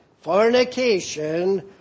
fornication